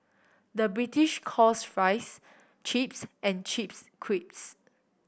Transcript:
the British calls fries chips and chips